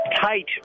Tight